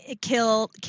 kill